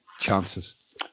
chances